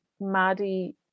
maddie